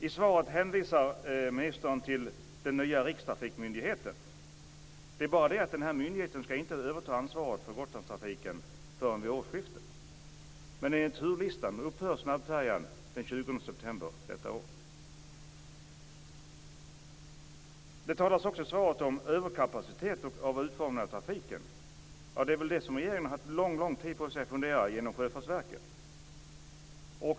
I svaret hänvisar ministern till den nya rikstrafikmyndigheten. Det är bara det att den här myndigheten inte skall överta ansvaret för Gotlandstrafiken förrän vid årsskiftet. Men enligt turlistan upphör snabbfärjan den 20 september detta år. Det talas också i svaret om överkapacitet och om utformning av trafiken. Det är det som regeringen har haft lång tid på sig att fundera på inom Sjöfartsverket.